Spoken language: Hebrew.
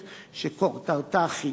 שכותרתה היא